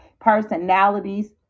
personalities